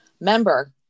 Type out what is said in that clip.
member